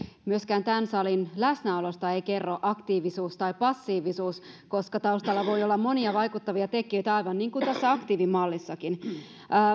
myöskään tämän salin läsnäolo ei kerro aktiivisuudesta tai passiivisuudesta koska taustalla voi olla monia vaikuttavia tekijöitä aivan niin kuin tässä aktiivimallissakin